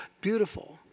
beautiful